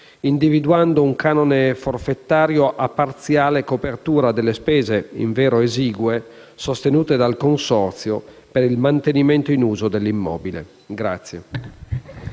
individuando un canone forfettario a parziale copertura delle spese (invero esigue) sostenute dal Consorzio per il mantenimento in uso dell'immobile.